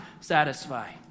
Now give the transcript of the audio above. satisfy